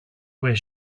where